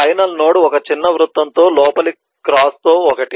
final node ఒక చిన్న వృత్తంతో లోపలి క్రాస్ తో ఒకటి